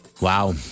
Wow